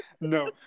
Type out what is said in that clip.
No